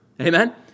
Amen